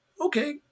okay